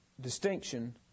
distinction